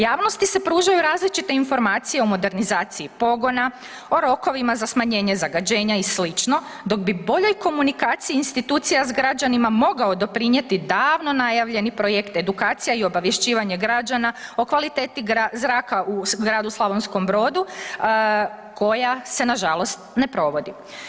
Javnosti se pružaju različite informacije o modernizaciji pogona, o rokovima za smanjenje zagađenja i slično dok bi boljoj komunikaciji institucija s građanima mogao doprinijeti davno najavljeni projekt edukacija i obavješćivanja građana o kvaliteta zraka u gradu Slavonskom Brodu koja se nažalost ne provodi.